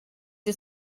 wyt